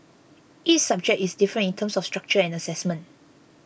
each subject is different in terms of structure and assessment